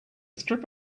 strip